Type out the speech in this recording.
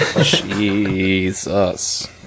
Jesus